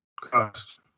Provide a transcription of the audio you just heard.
cost